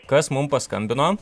kas mum paskambino